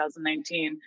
2019